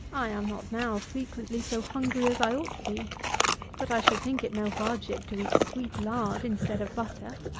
i am not now frequently so hungry as i ought to be but i should think it no hardship to eat sweet lard instead of butter.